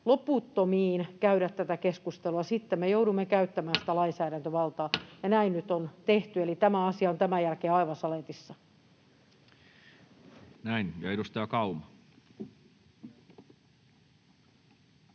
loputtomiin käydä tätä keskustelua, sitten me joudumme käyttämään sitä lainsäädäntövaltaa. Näin nyt on tehty, eli tämä asia on tämän jälkeen aivan saletissa. Näin. — Edustaja Kauma.